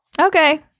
Okay